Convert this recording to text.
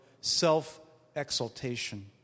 self-exaltation